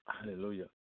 Hallelujah